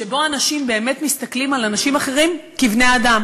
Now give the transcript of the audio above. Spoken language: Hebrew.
שבו אנשים באמת מסתכלים על אנשים אחרים כבני-אדם,